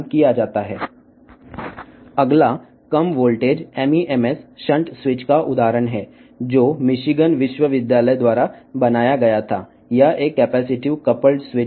Michigan విశ్వవిద్యాలయం వారి చే తయారు చేయబడిన తక్కువ వోల్టేజ్ MEMS షంట్ స్విచ్ యొక్క ఉదాహరణ తదుపరిది ఇది కెపాసిటివ్ కపుల్డ్ స్విచ్